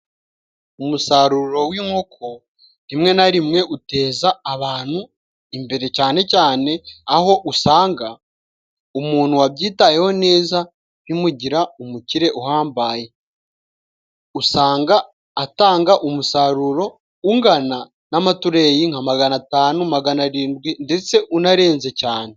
Umusaruro w'inkoko, rimwe na rimwe uteza abantu imbere cyane cyane aho usanga, umuntu wabyitayeho neza bimugira umukire uhambaye. Usanga atanga umusaruro ungana n'amatureyi nka magana atanu, magana arindwi, ndetse unarenze cyane.